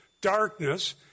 darkness